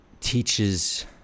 teaches